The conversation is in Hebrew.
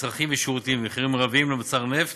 מצרכים ושירותים (מחירים מרביים למוצרי נפט